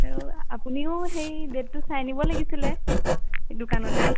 আৰু আপুনিও সেই ডেটটো চাই নিব লাগিছিলে দোকানতে